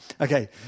Okay